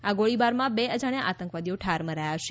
આ ગોળીબારમાં અજાણ્યો આતંકવાદી ઠાર મરાયો છે